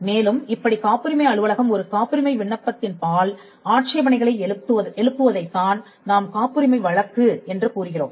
மேலும் இப்படி காப்புரிமை அலுவலகம் ஒரு காப்புரிமை விண்ணப்பத்தின் பால் ஆட்சேபணைகளை எழுப்புவதைத் தான் நாம் காப்புரிமை வழக்கு என்று கூறுகிறோம்